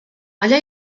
allà